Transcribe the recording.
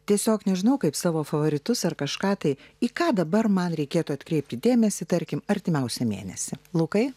tiesiog nežinau kaip savo favoritus ar kažką tai į ką dabar man reikėtų atkreipti dėmesį tarkim artimiausią mėnesį lukai